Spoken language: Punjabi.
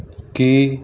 ਕੀ